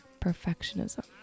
perfectionism